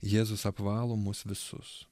jėzus apvalo mus visus